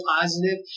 positive